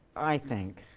i think,